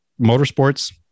motorsports